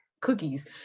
cookies